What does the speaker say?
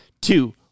two